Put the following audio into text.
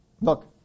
look